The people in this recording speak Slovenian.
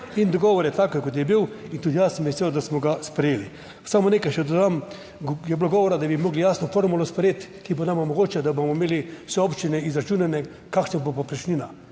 In dogovor je tak, kot je bil in tudi jaz sem vesel, da smo ga sprejeli. Samo nekaj še dodam. Je bilo govora, da bi morali jasno formulo sprejeti, ki pa nam omogoča, da bomo imeli vse občine izračunane kakšna bo povprečnina.